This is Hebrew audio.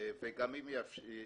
והרשות